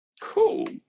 Cool